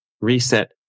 Reset